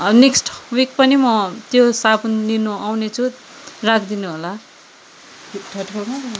next week पनि म त्यो साबुन लिनु आउने छु राखिदिनु होला